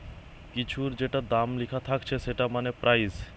কিছুর যেটা দাম লিখা থাকছে সেটা মানে প্রাইস